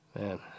man